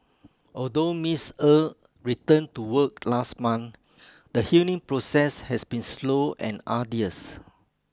although Miss Er returned to work last month the healing process has been slow and arduous